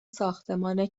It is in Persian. ساختمان